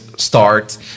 Start